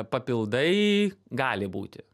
papildai gali būti